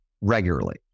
regularly